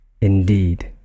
Indeed